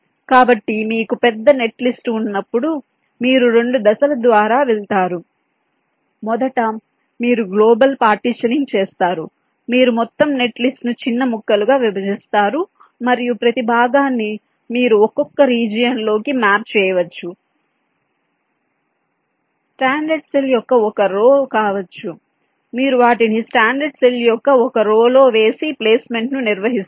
కాబట్టి మీకు పెద్ద నెట్లిస్ట్ ఉన్నప్పుడు మీరు 2 దశల ద్వారా వెళతారు మొదట మీరు గ్లోబల్ పార్టిషనింగ్ చేస్తారు మీరు మొత్తం నెట్లిస్ట్ను చిన్న ముక్కలుగా విభజిస్తారు మరియు ప్రతి భాగాన్ని మీరు ఒక్కొక్క రీజియన్లోకి మ్యాప్ చేయవచ్చు స్టాండర్డ్ సెల్ యొక్క ఒక రో కావచ్చు మీరు వాటిని స్టాండర్డ్ సెల్ యొక్క ఒక రో లో వేసి ప్లేస్మెంట్ను నిర్వహిస్తారు